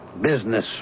business